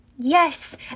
Yes